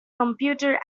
computer